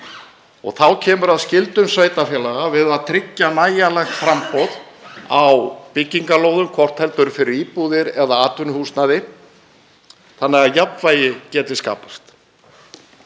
Þá kemur að skyldum sveitarfélaga við að tryggja nægjanlegt framboð á byggingarlóðum, hvort heldur fyrir íbúðir eða atvinnuhúsnæði, þannig að jafnvægi geti skapast.